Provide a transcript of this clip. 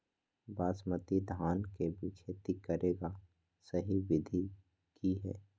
बासमती धान के खेती करेगा सही विधि की हय?